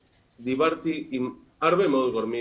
דיברתי עם הרבה מאוד גורמים